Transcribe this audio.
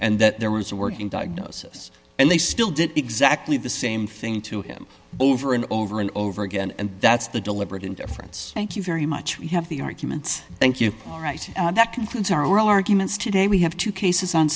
and that there was a working diagnosis and they still did exactly the same thing to him over and over and over again and that's the deliberate indifference thank you very much we have the arguments thank you all right that concludes our arguments today we have two cases on